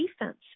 defense